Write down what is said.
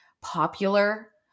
popular